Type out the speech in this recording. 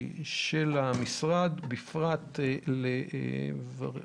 התייחסות המשרד, בפרט